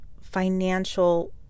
financial